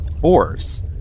force